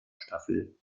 staffel